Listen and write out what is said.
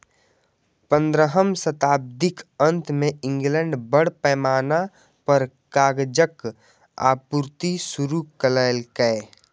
पंद्रहम शताब्दीक अंत मे इंग्लैंड बड़ पैमाना पर कागजक आपूर्ति शुरू केलकै